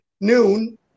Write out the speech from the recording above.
noon